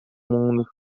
mundo